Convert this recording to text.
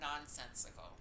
nonsensical